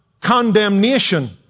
Condemnation